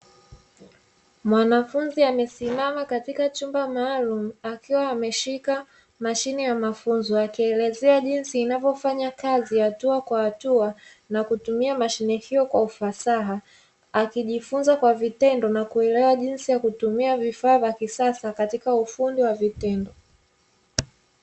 Mwanafunzi amesimama katika chumba maalumu akiwa ameshika mashine ya mafunzo akielezea jinsi inavyofanya kazi hatua kwa hatua na kutumia mashine hiyo kwa ufasaha, akijifunza kwa vitendo na kuelewa jinsi ya kutumia vifaa vya kisasa katika ufundi wa vitendo.